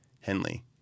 Henley